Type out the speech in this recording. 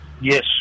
yes